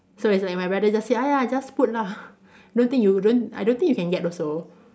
so it's like my brother just say !aiya! just put lah don't think you don't I don't think you can get also